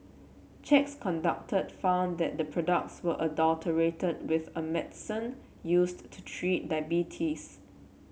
checks conducted found that the products were adulterated with a medicine used to treat diabetes